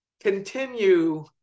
continue